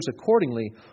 accordingly